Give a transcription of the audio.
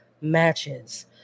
matches